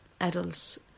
adults